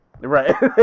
Right